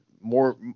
more